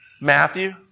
Matthew